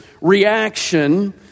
reaction